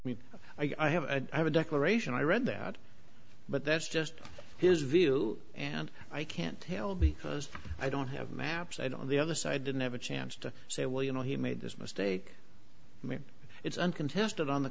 me i have a i have a declaration i read that but that's just his view and i can't tell because i don't have maps i don't the other side didn't have a chance to say well you know he made this mistake i mean it's uncontested on the